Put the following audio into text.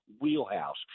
wheelhouse